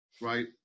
Right